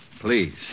Please